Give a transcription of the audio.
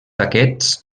aquests